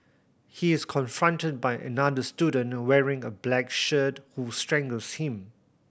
he is confronted by another student wearing a black shirt who strangles him